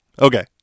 Okay